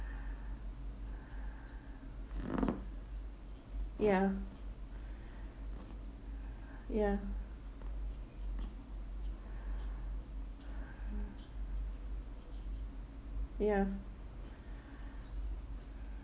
ya ya ya